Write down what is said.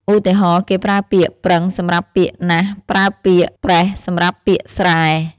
ឧទាហរណ៍ គេប្រើពាក្យ "ប្រឹង" សម្រាប់ពាក្យ "ណាស់" ហើយពាក្យ "ប្រេះ" សម្រាប់ពាក្យ "ស្រែ"។